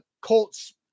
Colts